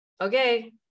okay